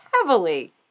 heavily